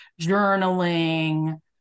journaling